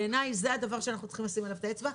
בעיניי זה הדבר שאנחנו צריכים לשים עליו את האצבע.